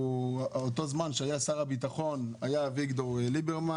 אותו זמן ששר הביטחון היה אביגדור ליברמן,